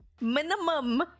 minimum